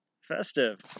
Festive